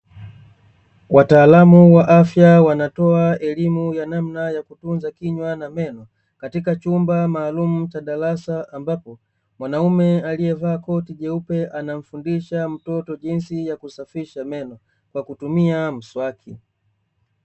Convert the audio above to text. Wataalmu wa afya wanatoa elimu ya namna ya kutunza kinywa na meno katika chumba maalumu cha darasa ambapo mwanaume alievaa koti jeupe anamfundisha mtoto jinsi ya kusafisha meno kwa kutumia mswaki.